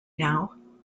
now